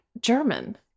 German